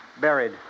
Buried